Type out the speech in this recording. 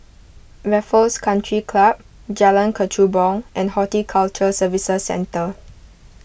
Raffles Country Club Jalan Kechubong and Horticulture Services Centre